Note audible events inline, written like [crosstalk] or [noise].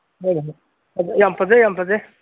[unintelligible] ꯌꯥꯝ ꯐꯖꯩ ꯌꯥꯝ ꯐꯖꯩ